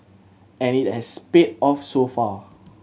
and it has paid off so far